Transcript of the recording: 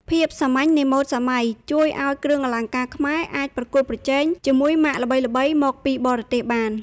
ភាពសាមញ្ញនៃម៉ូដសម័យថ្មី ជួយឱ្យគ្រឿងអលង្ការខ្មែរអាចប្រកួតប្រជែងជាមួយម៉ាកល្បីៗមកពីបរទេសបាន។